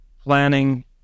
planning